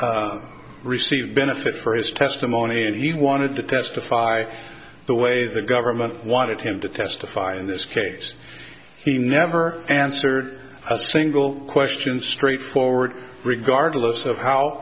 jala received benefit for his testimony and he wanted to testify the way the government wanted him to testify in this case he never answered a single question straightforward regardless of how